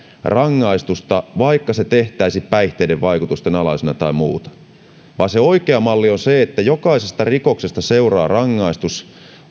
rangaistusta vaikka rikos tehtäisiin päihteiden vaikutuksen alaisena tai muuta vaan oikea malli on se että jokaisesta rikoksesta seuraa rangaistus